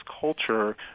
culture